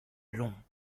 longs